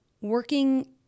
working